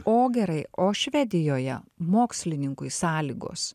o gerai o švedijoje mokslininkui sąlygos